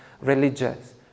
religious